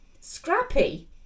scrappy